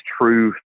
true